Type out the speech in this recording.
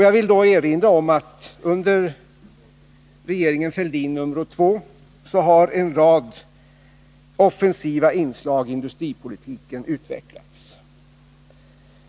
Jag vill då erinra om att under regeringen Fälldin nr 2 har en rad offensiva inslag i industripolitiken utvecklats.